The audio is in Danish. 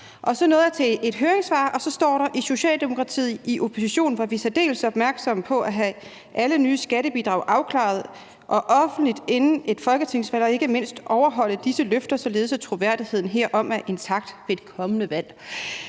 så nåede jeg til et høringssvar, hvor der står: »I Socialdemokratiet i opposition var vi særdeles opmærksomme på at have alle nye skattebidrag afklaret og offentliggjort inden et folketingsvalg og ikke mindst overholde disse løfter, således at troværdigheden herom er intakt ved et kommende valg«.